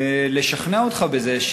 לשכנע אותך בזה,